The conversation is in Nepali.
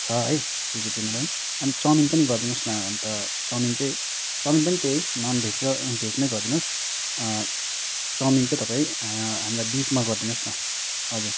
छ है भेजेटेरियनहरू अनि चउमिन पनि गरिदिनोस् न अन्त चउमिन चाहिँ चउमिन पनि त्यही ननभेज र भेजमै गरिदिनोस् चउमिन चाहिँ तपाईँ हामीलाई बिफमा गरिदिनोस् न हजुर